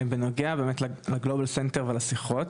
בנוגע באמת לגלובאל סנטר ולשיחות,